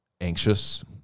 anxious